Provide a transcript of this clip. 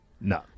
no